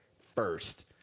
first